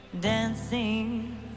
Dancing